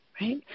right